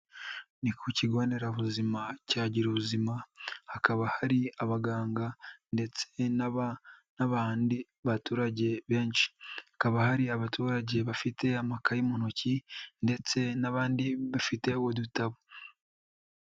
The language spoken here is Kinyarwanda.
Ni ku kigo nderabuzima cya gira ubuzima hakaba hari abaganga, ndetse n'abandi baturage benshi, hakaba hari abaturage bafite amakaye mu ntoki, ndetse n'abandi bafite udutabo.